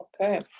Okay